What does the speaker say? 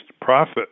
profit